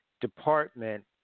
department